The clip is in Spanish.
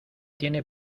tiene